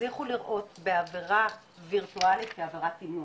הצליחו לראות בעבירה וירטואלית כעבירת אינוס,